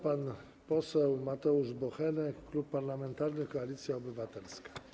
Pan poseł Mateusz Bochenek, Klub Parlamentarny Koalicja Obywatelska.